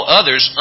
others